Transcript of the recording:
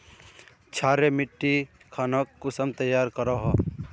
क्षारी मिट्टी खानोक कुंसम तैयार करोहो?